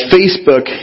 Facebook